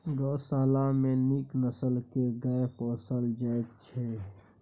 गोशाला मे नीक नसल के गाय पोसल जाइ छइ